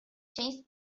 changes